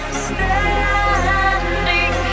standing